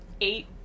eight